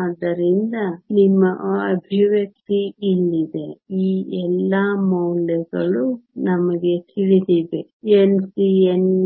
ಆದ್ದರಿಂದ ನಿಮ್ಮ ಎಕ್ಸ್ಪ್ರೆಶನ್ ಇಲ್ಲಿದೆ ಈ ಎಲ್ಲಾ ಮೌಲ್ಯಗಳು ನಮಗೆ ತಿಳಿದಿವೆ Nc Nv